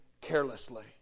carelessly